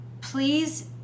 please